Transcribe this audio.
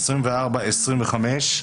24 ו-25,